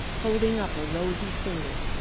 holding up a rosy finger.